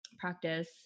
practice